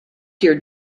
there